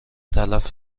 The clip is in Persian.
تلف